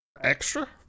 Extra